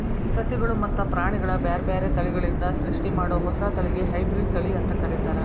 ಸಸಿಗಳು ಮತ್ತ ಪ್ರಾಣಿಗಳ ಬ್ಯಾರ್ಬ್ಯಾರೇ ತಳಿಗಳಿಂದ ಸೃಷ್ಟಿಮಾಡೋ ಹೊಸ ತಳಿಗೆ ಹೈಬ್ರಿಡ್ ತಳಿ ಅಂತ ಕರೇತಾರ